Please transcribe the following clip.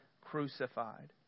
crucified